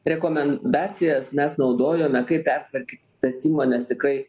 rekomendacijas mes naudojome kaip pertvarkyt tas įmones tikrai